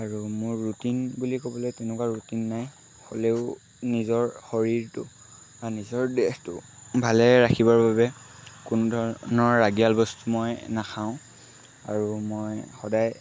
আৰু মোৰ ৰুটিন বুলি ক'বলৈ তেনেকুৱা ৰুটিন নাই হ'লেও নিজৰ শৰীৰটো বা নিজৰ দেহটো ভালে ৰাখিবৰ বাবে কোনো ধৰণৰ ৰাগীয়াল বস্তু মই নাখাওঁ আৰু মই সদায়